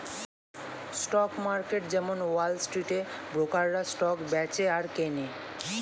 stock market যেমন wall স্ট্রিটে ব্রোকাররা স্টক বেচে আর কেনে